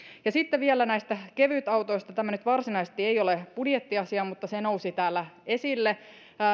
ja sitten vielä näistä kevytautoista tämä nyt varsinaisesti ei ole budjettiasia mutta se nousi täällä esille